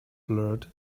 blurred